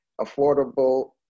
affordable